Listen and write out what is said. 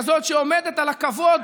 כזאת שעומדת על הכבוד,